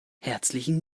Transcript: herzlichen